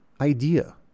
idea